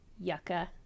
yucca